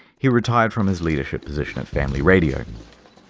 he retired from his leadership position at family radio.